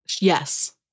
Yes